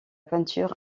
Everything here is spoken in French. peinture